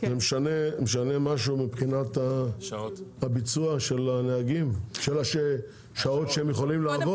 זה משנה משהו מבחינת השעות שהנהגים יכולים לעבוד?